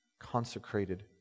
consecrated